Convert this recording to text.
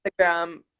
Instagram